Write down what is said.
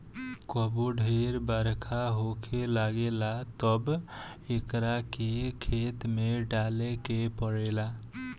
कबो ढेर बरखा होखे लागेला तब एकरा के खेत में डाले के पड़ेला